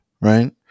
right